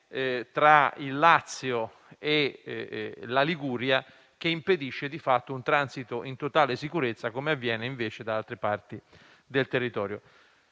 tra il Lazio e la Liguria, che impedisce un transito in totale sicurezza, come avviene in altre parti del territorio.